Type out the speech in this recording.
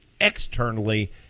externally